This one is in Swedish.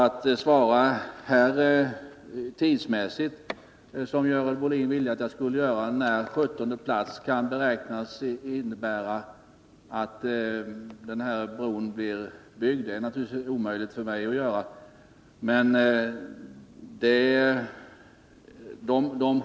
Att svara på Görel Bohlins fråga när den här bron kan beräknas bli byggd om den placeras på sjuttonde plats är omöjligt för mig.